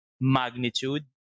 magnitude